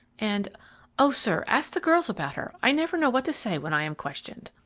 and o sir, ask the girls about her, i never know what to say when i am questioned.